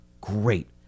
Great